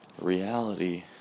Reality